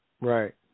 Right